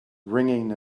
ringing